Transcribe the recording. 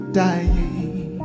dying